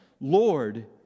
Lord